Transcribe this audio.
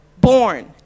born